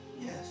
Yes